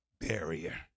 barrier